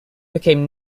became